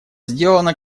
сделано